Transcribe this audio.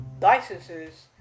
licenses